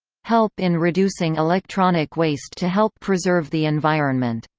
help in reducing electronic waste to help preserve the environment